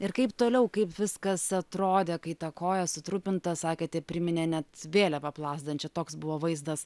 ir kaip toliau kaip viskas atrodė kai ta koja sutrupinta sakėte priminė net vėliavą plazdančią toks buvo vaizdas